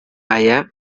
aya